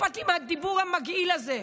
אכפת לי מהדיבור המגעיל הזה.